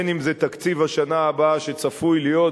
בין שזה תקציב השנה הבאה שצפוי להיות,